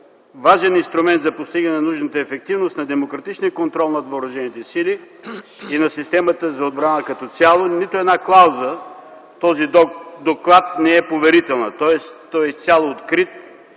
важен инструмент за постигане на нужната ефективност за демократичния контрол над въоръжените сили и над системата за отбрана като цяло, нито една клауза от този доклад не е поверителна, тоест той е изцяло открит,